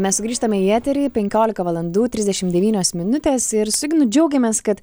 mes sugrįžtame į eterį penkiolika valandų trisdešim devynios minutės ir su ignu džiaugiamės kad